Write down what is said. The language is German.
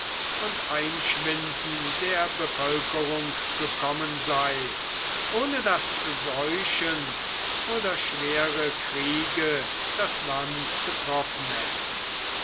und einschwinden der bevölkerung gekommen sei ohne daß seuchen oder schwere kriege das land betroffen hätten